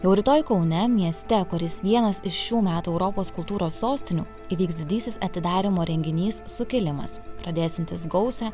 jau rytoj kaune mieste kuris vienas iš šių metų europos kultūros sostinių įvyks didysis atidarymo renginys sukilimas pradėsiantis gausią